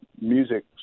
music